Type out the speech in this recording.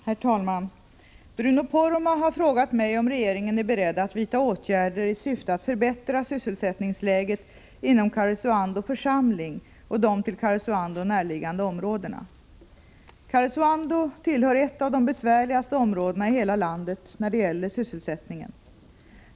Herr talman! Bruno Poromaa har frågat mig om regeringen är beredd att vidta åtgärder i syfte att förbättra sysselsättningsläget inom Karesuando församling och de till Karesuando närliggande områdena. Karesuando tillhör ett av de besvärligaste områdena i hela landet när det gäller sysselsättningen.